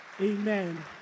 Amen